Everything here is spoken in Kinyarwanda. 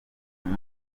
buri